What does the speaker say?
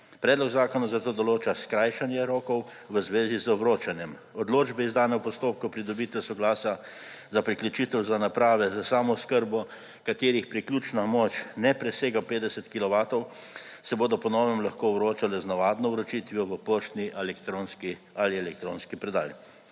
Predlog zakona zato določa skrajšanje rokov v zvezi z vročanjem. Odločbe, izdane v postopku pridobitve soglasja za priključitev za naprave za samooskrbo, katerih priključna moč ne presega 50 kilovatov, se bodo po novem lahko vročale z navadno vročitvijo v poštni ali elektronski predal.